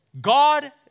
God